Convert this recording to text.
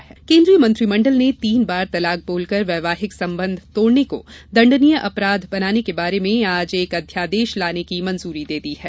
केन्द्रीय मंत्रिमंडल केन्द्रीय मंत्रिमंडल ने तीन बार तलाक बोलकर वैवाहिक संबंध तोड़ने को दंडनीय अपराध बनाने के बारे में आज एक अध्यादेश लाने की मंजूरी दे दी है